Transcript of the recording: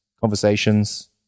conversations